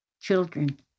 children